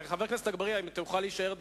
חבר הכנסת אגבאריה, אם אתה מוכן להישאר דקה,